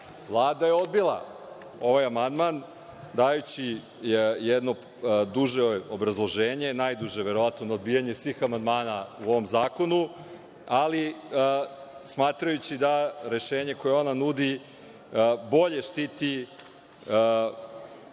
je odbila ovaj amandman, dajući jedno duže obrazloženje, najduže verovatno na odbijanje svih amandmana u ovom zakonu, ali smatrajući da rešenje koje ona nudi bolje štiti male